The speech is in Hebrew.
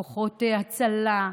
כוחות ההצלה,